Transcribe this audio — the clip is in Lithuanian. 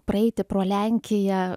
praeiti pro lenkiją